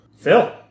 Phil